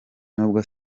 nubwo